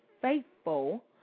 faithful